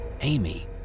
Amy